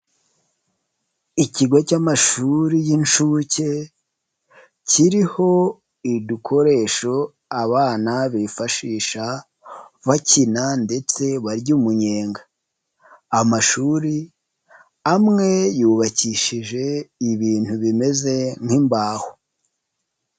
Ikigo cy'amashuri y'inshuke kiriho udukoresho abana bifashisha bakina ndetse barya umunyenga, amashuri amwe yubakishije ibintu bimeze nk'imbaho.